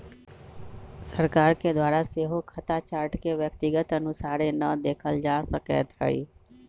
सरकार के द्वारा सेहो खता चार्ट के व्यक्तिगत अनुसारे न देखल जा सकैत हइ